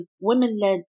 women-led